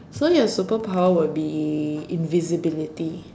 so your superpower will be invisibility